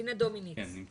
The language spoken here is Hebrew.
הייתי אומר